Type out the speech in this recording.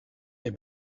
est